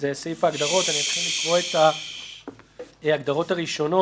נחכה לחזור לשאלה הקודמת ואז ממילא תהיה ברורה התשובה לשאלה הזאת.